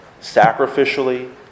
sacrificially